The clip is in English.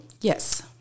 Yes